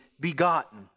begotten